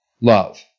love